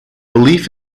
belief